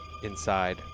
inside